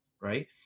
right